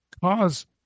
cause